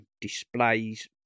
displays